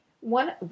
One